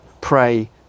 pray